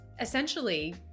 essentially